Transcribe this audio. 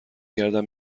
گردم